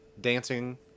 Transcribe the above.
dancing